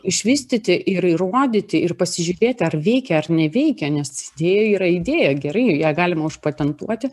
išvystyti ir įrodyti ir pasižiūrėti ar veikia ar neveikia nes idėja yra idėja gerai ją galima užpatentuoti